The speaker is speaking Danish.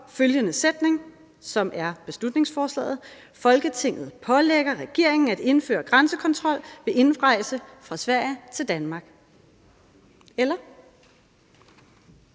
følgende sætning, som er beslutningsforslaget: »Folketinget pålægger regeringen at indføre grænsekontrol ved indrejse fra Sverige til Danmark.« Eller?